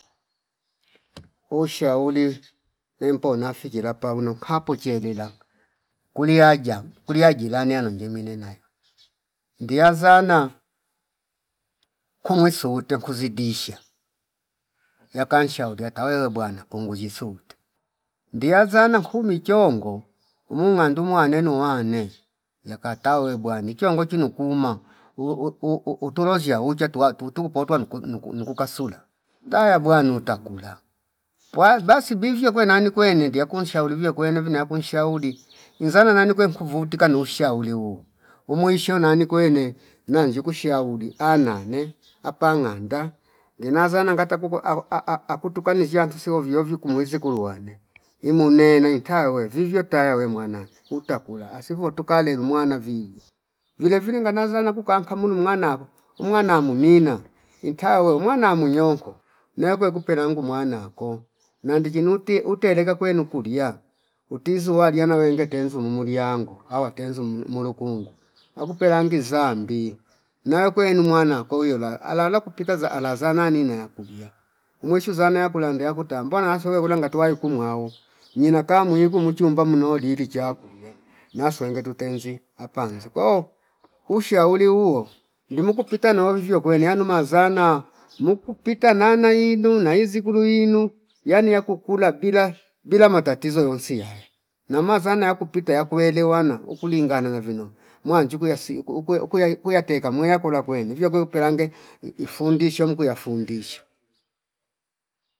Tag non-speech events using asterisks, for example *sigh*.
*noise* Ushauri empa unafiki rampa uno kapo cherera kuliyaja kuli ya jilani yano ngimi nenayo *noise* ndiyazana kumwi sute nkuzidisha yakanshauri yaka wewe bwana punguzi sute ndiyazana kumi chongo umungandu ndumwa neno wane *noise* yakatawe bwane nikiwa ngochi nukuma uu- uu- uutulo ziya ucha tuwa tu- tupotwa nuku- nukuka sula kaya bwanuta kula kwa pwa basi vivyo kwene nani kwene ndiye kunshauri vio kwene vino yakunshauri inzana nani kwe nkuvutika ni ushauri huo, umwisho nani kwene nanji kushauri anane apangangda ngenazana ngata kukwa au a- a- a- akutukane ziya ntusivi viovui kumwizi kulu wane imu ne naintalwe vivyo taya we mwana utakula asivyo utukale mwana vivo, vilevile nganazana kunka mulu mwana umwana munina intayawe umwana munyoko nayokwe kupelangu mwana ko nandinji nuti uteleka kwenu kulia utizu walia wenge tenzu mumuli yango awa tenzu mulukunda *noise* akupelangi zambi nayo kwenu mwanako wiyo la alala kupita za alazana nina yakulia umwisho zana yakulambe yakutambu mbona asowe ula ngatuwai kumwao *noise* mnyina ka muwiki muchumba muno lili chakulia na swenge tutenzi apanza ko ushauri huo ndimu kupita nomvyo kwene yanumazana muku pita nana ilu na izi kulu winu yani yakukula bila bila matatizo yonsi yaya na mazana yakupita yakuelewana ukilingana na vino mwanjuku yasi ku ukwe kuya- kuyai teka mwaya kula kwene viya kulwe kupelange ifundisha mkuya fundisha *noise*